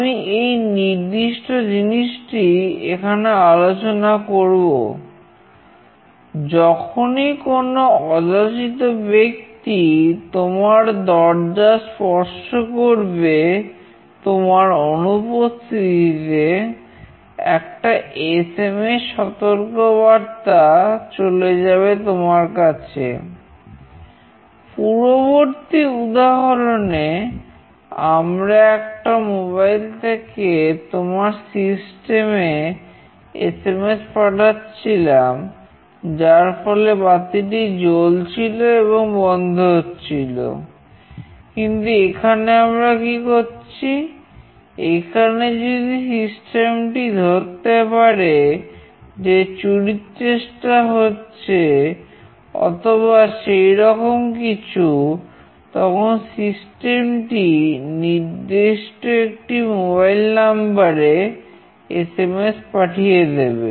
আমি এই নির্দিষ্ট জিনিসটি এখানে আলোচনা করব যখনই কোন অযাচিত ব্যক্তি তোমার দরজা স্পর্শ করবে তোমার অনুপস্থিতিতে একটা এসএমএসপাঠিয়ে দেবে